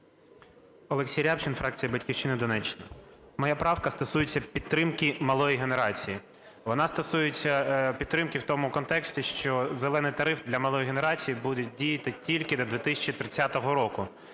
Олексій Рябчин, фракція "Батьківщина", Донеччина. Моя правка стосується підтримки малої генерації. Вона стосується підтримки в тому контексті, що "зелений" тариф для малої генерації буде діяти тільки до 2030 року.